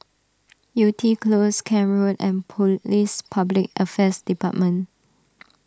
Yew Tee Close Camp Road and Police Public Affairs Department